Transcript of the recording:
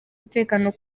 umutekano